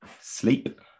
Sleep